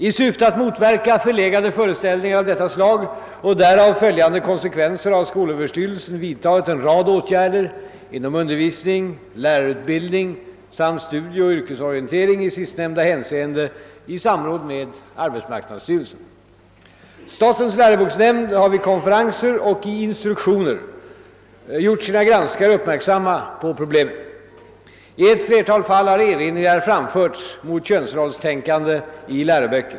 I syfte att motverka förlegade föreställningar av detta slag och därav följande konsekvenser har skolöverstyrelsen vidtagit en rad åtgärder inom undervisning, lärarutbildning samt studieoch yrkesorientering — i sistnämnda hänseende i samråd med arbetsmarknadsstyrelsen. Statens läroboksnämnd har vid konferenser och i instruktioner gjort sina granskare uppmärksamma på problemet. I ett flertal fall har erinringar framförts mot könsrollstänkande i läroböcker.